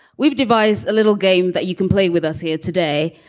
we've devised a little game that you can play with us here today.